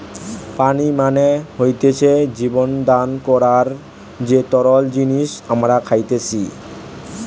পানি মানে হতিছে জীবন দান করার যে তরল জিনিস আমরা খাইতেসি